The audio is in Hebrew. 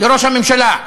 לראש הממשלה,